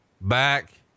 back